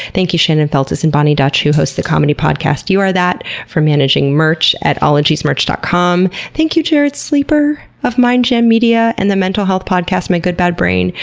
thank you, shannon feltus and boni dutch, who host the comedy podcast you are that, for managing march at ologiesmerch dot com. thank you, jarret sleeper of mindjam media and the mental health podcast my good bad brain,